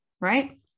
right